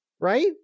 right